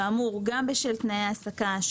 כאמור גם בשל תנאי ההעסקה,